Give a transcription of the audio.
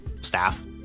staff